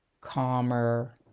calmer